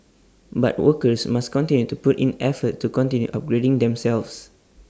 but workers must continue to put in effort to continue upgrading themselves